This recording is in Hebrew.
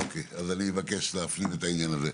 אני מבקש להפנים את העניין הזה.